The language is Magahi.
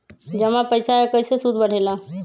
जमा पईसा के कइसे सूद बढे ला?